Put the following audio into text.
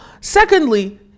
Secondly